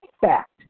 Fact